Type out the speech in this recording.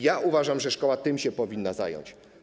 Ja uważam, że szkoła tym się powinna zająć.